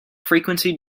frequency